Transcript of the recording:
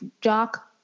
jock